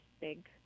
big